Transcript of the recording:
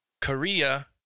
Korea